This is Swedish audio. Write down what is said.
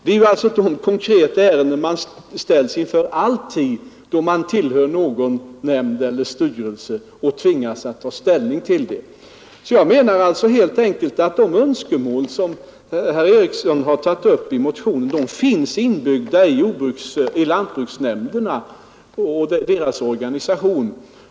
Det är sådana konkreta fall man alltid ställs inför, om man tillhör någon nämnd eller styrelse. Då tvingas man att ta ställning. Och jag menar att de önskemål som herr Eriksson har tagit upp i sin interpellation finns inbyggda i lantbruksnämndernas organisation.